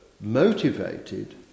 motivated